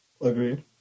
Agreed